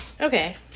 okay